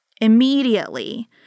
immediately